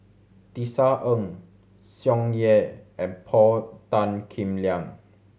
Tisa Ng Tsung Yeh and Paul Tan Kim Liang